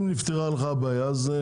אם נפתרה לך הבעיה, בסדר.